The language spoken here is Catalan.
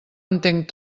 entenc